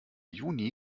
juni